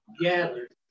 gathered